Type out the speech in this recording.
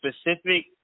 specific